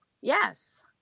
yes